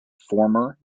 former